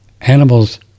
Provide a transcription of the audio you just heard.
Animals